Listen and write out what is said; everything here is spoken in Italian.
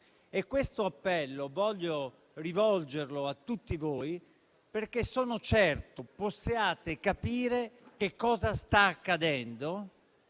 E questo appello voglio rivolgerlo a tutti voi, perché sono certo possiate capire cosa sta accadendo